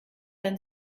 ein